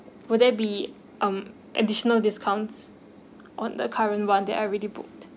will there be um additional discounts on the current [one] that I already booked